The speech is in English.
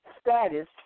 status